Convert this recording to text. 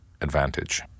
advantage